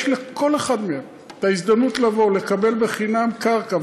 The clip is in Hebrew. יש לכל אחד מהם הזדמנות לבוא לקבל בחינם קרקע,